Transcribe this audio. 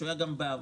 שהיה גם בעבר.